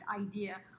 idea